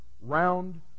round